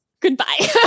Goodbye